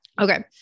Okay